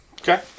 Okay